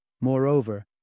Moreover